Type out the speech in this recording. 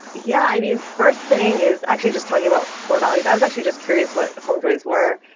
yeah. i mean, first thing is actually just talking about core values. i was actually just curious what homejoy's were.